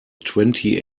twenty